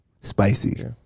Spicy